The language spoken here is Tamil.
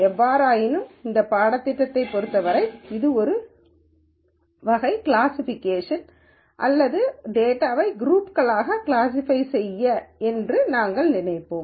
எவ்வாறாயினும் இந்த பாடத்திட்டத்தைப் பொருத்தவரை இது ஒரு வகை கிளாசிஃபிகேஷன் அல்லது டேட்டாவை குரூப்ஸ் களாக கிளாஸிஃபை செய்ய என்று நாங்கள் நினைப்போம்